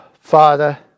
Father